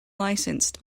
licensed